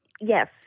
Yes